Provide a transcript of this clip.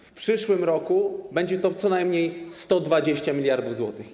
W przyszłym roku będzie to co najmniej 120 mld zł.